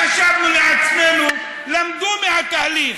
חשבנו לעצמנו: למדו מהתהליך.